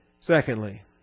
Secondly